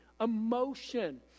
emotion